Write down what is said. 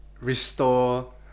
restore